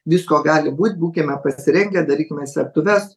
visko gali būt būkime pasirengę darykime slėptuves